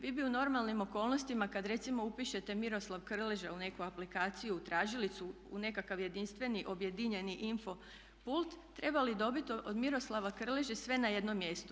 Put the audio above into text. Vi bi u normalnim okolnostima kad recimo upišete Miroslav Krleža u neku aplikaciju, tražilicu, u nekakav jedinstveni objedinjeni info pult trebali dobiti od Miroslava Krleže sve na jednom mjestu.